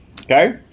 Okay